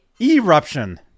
Eruption